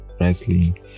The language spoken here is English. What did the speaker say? wrestling